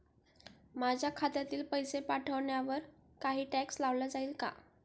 माझ्या खात्यातील पैसे पाठवण्यावर काही टॅक्स लावला जाईल का?